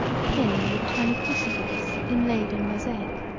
a pin with a tiny crucifix inlaid in mosaic.